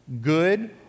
good